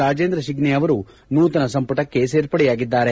ರಾಜೇಂದ್ರ ಶಿಂಗ್ನೆ ಅವರು ನೂತನ ಸಂಪುಟಕ್ಕೆ ಸೇರ್ಪಡೆಯಾಗಿದ್ದಾರೆ